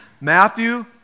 Matthew